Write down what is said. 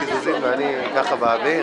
(מ/1262).